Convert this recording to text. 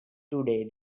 today